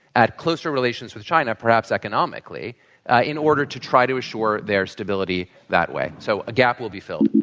at closer relations with china perhaps economically ah in order to try to assure their stability that way. so a gap will be a filled.